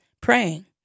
praying